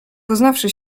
poznawszy